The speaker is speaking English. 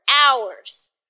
hours